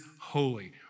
holy